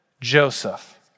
Joseph